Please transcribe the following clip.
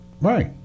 Right